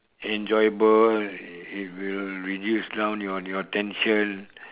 enjoyable it will reduce down your your tension